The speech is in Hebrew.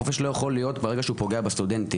חופש לא יכול להיות ברגע שהוא פוגע בסטודנטים.